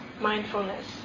mindfulness